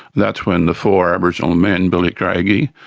that's when the four aboriginal men, billy craigie,